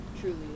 truly